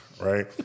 Right